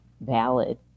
valid